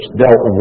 dealt